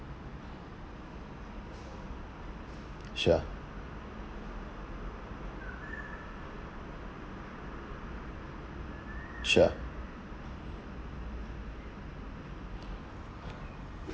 sure sure